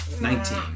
Nineteen